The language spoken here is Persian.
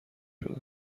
شدن